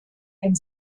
and